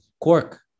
Quark